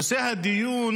נושא הדיון